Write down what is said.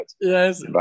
Yes